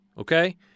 okay